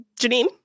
Janine